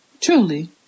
Truly